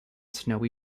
snowy